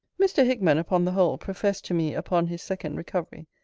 mr. hickman, upon the whole, professed to me, upon his second recovery,